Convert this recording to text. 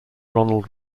ronald